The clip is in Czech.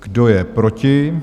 Kdo je proti?